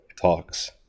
talks